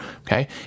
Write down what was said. okay